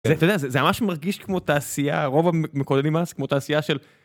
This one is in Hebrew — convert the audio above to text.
זה ממש מרגיש כמו תעשייה רוב המקודדים אז כמו תעשייה של.